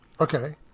Okay